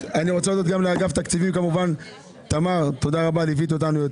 להודות גם לאגף תקציבים כמובן, תמר ליווית אותנו,